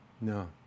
No